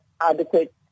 adequate